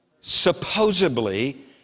Supposedly